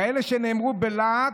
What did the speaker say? כאלה שנאמרו בלהט,